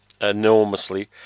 enormously